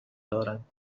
دارند